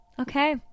okay